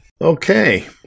Okay